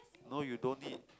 no you don't need